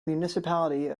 municipality